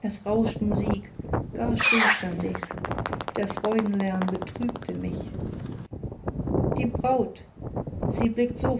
es rauscht musik gar still stand ich der freudenlärm betrübte mich die braut sie blickt so